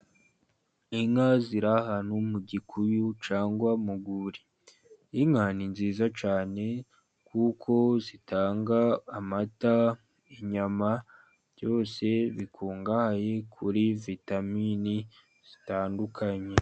Inka ziri ahantu mu gikuyu cyangwa mu rwuri, inka ni nziza cyane kuko zitanga amata, inyama byose bikungahaye kuri vitamini zitandukanye.